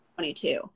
22